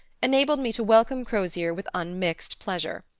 enabled me to welcome crozier with unmixed pleasure.